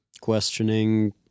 questioning